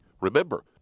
Remember